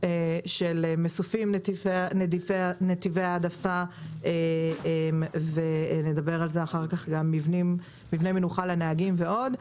של מסופים, נתיבי העדפה, מבני מנוחה לנהגים ועוד,